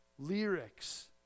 Lyrics